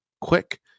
quick